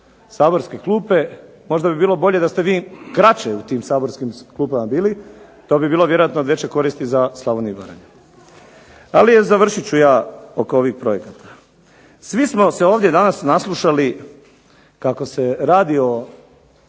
saborske klupe. Možda bi bilo bolje da ste vi kraće u tim saborskim klupama bili, to bi bilo vjerojatno od veće koristi za Slavoniju i Baranju. Ali je, završit ću ja oko ovih projekata. Svi smo se ovdje danas naslušali kako se radi o